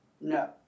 No